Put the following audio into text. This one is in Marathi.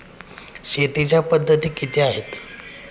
शेतीच्या पद्धती किती आहेत?